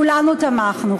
כולנו תמכנו.